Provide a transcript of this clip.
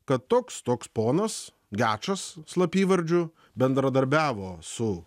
kad toks toks ponas gečas slapyvardžiu bendradarbiavo su